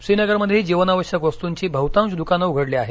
श्रीनगरमधेही जीवनावश्यक वस्तूंची बहतांश दूकानं उघडली आहेत